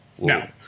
No